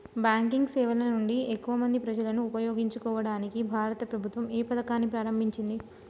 Banking సేవల నుండి ఎక్కువ మంది ప్రజలను ఉపయోగించుకోవడానికి భారత ప్రభుత్వం ఏ పథకాన్ని ప్రారంభించింది?